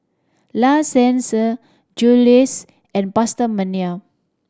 La Senza Julie's and PastaMania